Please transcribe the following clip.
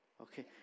okay